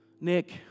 Nick